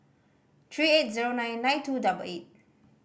three eight zero nine nine two double eight